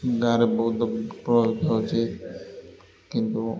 ଗାଁରେ ବହୁତ କିନ୍ତୁ